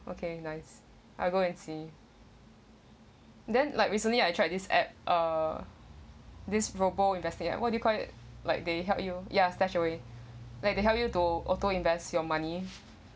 okay nice I go and see then like recently I tried this app uh this robo investing app what do you call it like they help you ya stashed away like they help you to auto invest your money